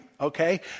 Okay